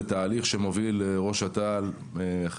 זה תהליך שמוביל ראש אט"ל האלוף מישל ינקו,